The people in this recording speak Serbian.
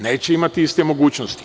Neće imati iste mogućnosti.